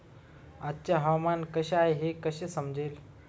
आजचे हवामान कसे आहे हे कसे समजेल?